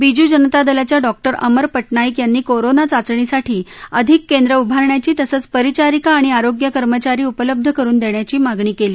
बीजू जनता दलाच्या डॉक्टर अमर पटनाईक यांनी कोरोना चाचणीसाठी अधिक केंद्र उभारण्याची तसंच परिचारिका आणि आरोग्य कर्मचारी उपलब्ध करुन देण्याची मागणी केली